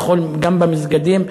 גם במסגדים.